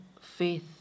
faith